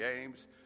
games